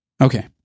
Okay